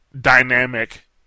dynamic